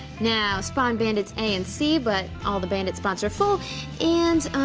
now spawn bandits a and c but all the bandit spots are full and,